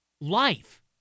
life